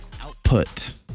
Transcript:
output